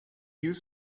use